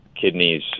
Kidneys